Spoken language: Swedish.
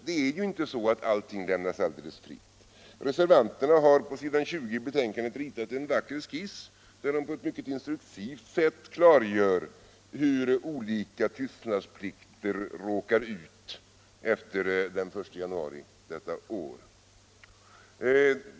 Det är ju inte så att allting lämnas helt fritt. Reservanterna har på s. 20 i betänkandet infört en vacker skiss, där de på ett mycket instruktivt sätt klargör vad som gäller beträffande olika tystnadsplikter efter den 1 januari detta år.